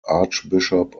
archbishop